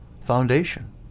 foundation